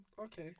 okay